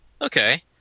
okay